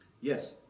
Yes